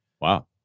Wow